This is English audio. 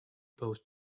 post